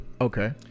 Okay